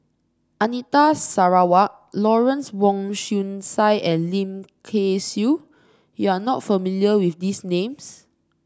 Anita Sarawak Lawrence Wong Shyun Tsai and Lim Kay Siu you are not familiar with these names